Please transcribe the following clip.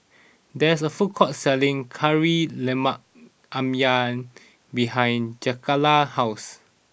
there is a food court selling Kari Lemak Ayam behind Jakayla's house